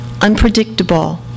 unpredictable